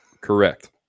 correct